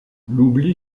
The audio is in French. l’oubli